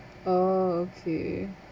oh okay